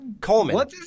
coleman